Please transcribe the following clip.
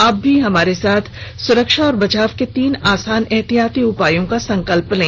आप भी हमारे साथ सुरक्षा और बचाव के तीन आसान एहतियाती उपायों का संकल्प लें